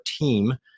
team